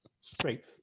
straight